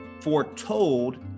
foretold